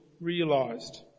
realised